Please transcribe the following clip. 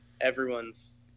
everyone's